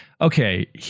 okay